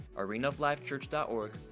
arenaoflifechurch.org